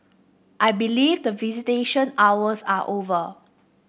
I believe the visitation hours are over